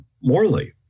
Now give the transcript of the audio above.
Morley